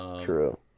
true